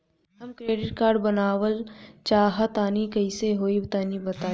हम credit card बनवावल चाह तनि कइसे होई तनि बताई?